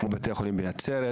כמו בית החולים בנצרת,